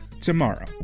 tomorrow